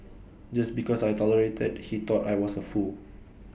just because I tolerated he thought I was A fool